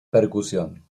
percusión